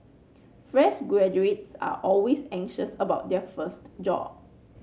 fresh graduates are always anxious about their first job